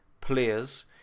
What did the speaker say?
players